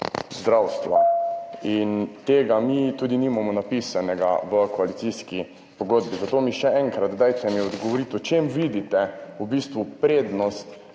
zdravstva. Tega mi tudi nimamo napisanega v koalicijski pogodbi, zato mi še enkrat, dajte mi odgovoriti: V čem vidite prednost